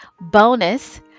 bonus